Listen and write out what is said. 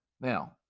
now